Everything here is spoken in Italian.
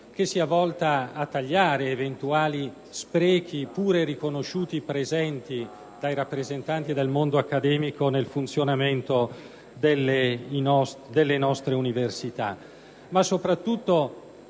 che sia volta a tagliare eventuali sprechi, pure riconosciuti presenti dai rappresentanti del mondo accademico nel funzionamento delle nostre università.